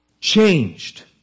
changed